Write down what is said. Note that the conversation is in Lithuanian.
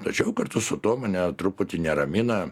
tačiau kartu su tuo mane truputį neramina